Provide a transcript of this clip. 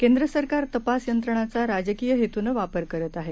केंद्र सरकार तपास यंत्रणांचा राजकीय हेतूनं वापर करत आहेत